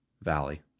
valley